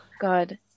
God